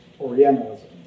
Orientalism